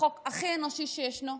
החוק הכי אנושי שישנו,